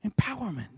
Empowerment